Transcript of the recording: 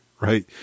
right